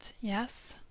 yes